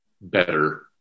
better